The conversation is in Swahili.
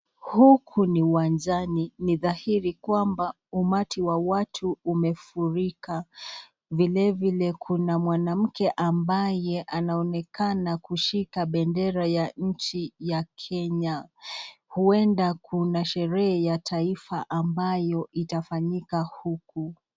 Huku ni uwanjani ni dhahiri kwamba umati wa watu umefurika vile vile kuna mwanamke ambaye anaonekana kushika bendera ya nchi ya Kenya. Huenda kuna sherehe ya taifa ambayo itafanyika huku.